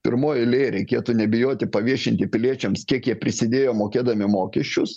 pirmoj eilėj reikėtų nebijoti paviešinti piliečiams kiek jie prisidėjo mokėdami mokesčius